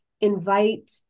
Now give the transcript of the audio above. invite